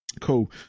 Cool